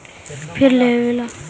फिर लेवेला कहले हियै?